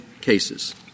cases